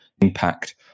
impact